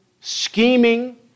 scheming